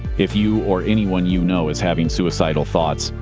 if you or anyone you know is having suicidal thoughts,